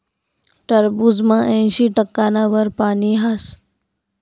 टरबूजमा ऐंशी टक्काना वर पानी हास